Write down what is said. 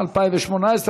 התשע"ח 2018,